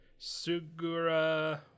Sugura